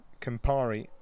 Campari